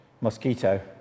Mosquito